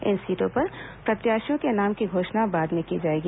इन सीटों पर प्रत्याशियों के नामों की घोषणा बाद में की जाएगी